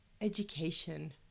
education